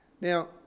Now